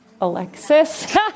Alexis